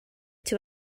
too